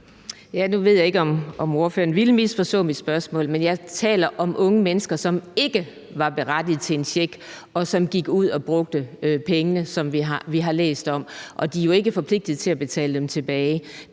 Nu ved jeg ikke, om ordføreren ville misforstå mit spørgsmål, men jeg taler om unge mennesker, som ikke var berettiget til en check, og som gik ud og brugte pengene, som vi har læst om. Og de er jo ikke forpligtet til at betale dem tilbage.